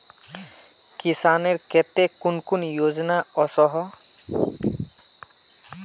किसानेर केते कुन कुन योजना ओसोहो?